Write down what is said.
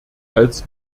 als